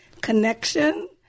connection